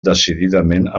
decididament